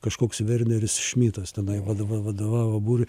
kažkoks verneris šmitas tenai vadova vadovavo būriui